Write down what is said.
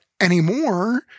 anymore